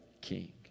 king